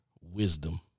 wisdom